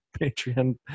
Patreon